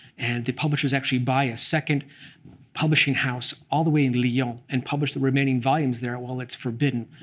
and the publishers actually buy a second publishing house all the way in leon and publish the remaining volumes there while it's forbidden.